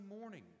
morning